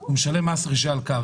הוא משלם מס על קרקע.